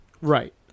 Right